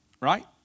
right